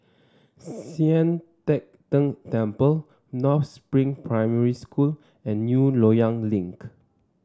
Sian Teck Tng Temple North Spring Primary School and New Loyang Link